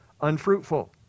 unfruitful